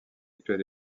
actuel